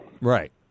Right